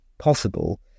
possible